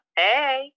hey